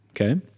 okay